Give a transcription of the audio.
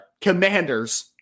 commanders